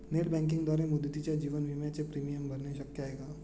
Net बँकिंगद्वारे मुदतीच्या जीवन विम्याचे प्रीमियम भरणे शक्य आहे का?